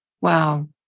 Wow